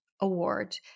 award